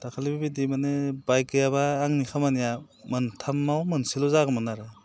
दाखालिबो बिबायदि माने बाइक गैयाब्ला आंनि खामानिया मोनथामाव मोनसेल' जागौमोन आरो